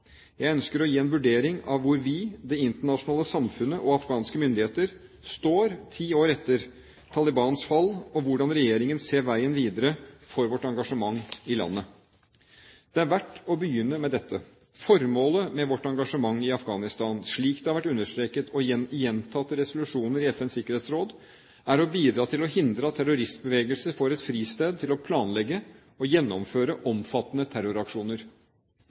Jeg ønsker å gi en vurdering av hvor vi – det internasjonale samfunnet og afghanske myndigheter – står ti år etter Talibans fall, og hvordan regjeringen ser veien videre for vårt engasjement i landet. Det er verdt å begynne med dette: Formålet med vårt engasjement i Afghanistan, slik det har vært understreket i gjentatte resolusjoner i FNs Sikkerhetsråd, er å bidra til å hindre at terroristbevegelser får et fristed til å planlegge og gjennomføre omfattende terroraksjoner.